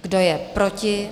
Kdo je proti?